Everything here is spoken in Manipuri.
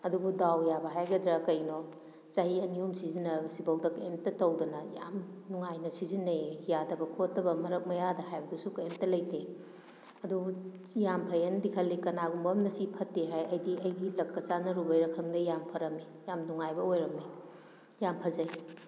ꯑꯗꯨꯕꯨ ꯗꯥꯎ ꯌꯥꯕ ꯍꯥꯏꯒꯗ꯭ꯔꯥ ꯀꯩꯅꯣ ꯆꯍꯤ ꯑꯅꯤ ꯑꯍꯨꯝ ꯁꯤꯖꯤꯟꯅꯕꯁꯤꯐꯧꯗ ꯀꯩꯝꯇ ꯇꯧꯗꯅ ꯌꯥꯝ ꯅꯨꯡꯉꯥꯏꯅ ꯁꯤꯖꯤꯟꯅꯩꯌꯦ ꯌꯥꯗꯕ ꯈꯣꯠꯇꯕ ꯃꯔꯛ ꯃꯌꯥꯗ ꯍꯥꯏꯕꯗꯨꯁꯨ ꯀꯩꯝꯇ ꯂꯩꯇꯦ ꯑꯗꯨꯕꯨ ꯁꯤ ꯌꯥꯝ ꯐꯩꯌꯦꯅꯗꯤ ꯈꯜꯂꯤ ꯀꯅꯥꯒꯨꯝꯕ ꯑꯝꯅ ꯁꯤ ꯐꯠꯇꯦ ꯍꯥꯏ ꯑꯩꯗꯤ ꯑꯩꯒꯤ ꯂꯛꯀ ꯆꯥꯟꯅꯔꯨꯕꯩꯔꯥ ꯈꯪꯗꯦ ꯌꯥꯝ ꯐꯔꯝꯃꯤ ꯌꯥꯝ ꯅꯨꯡꯉꯥꯏꯕ ꯑꯣꯏꯔꯝꯃꯤ ꯌꯥꯝ ꯐꯖꯩ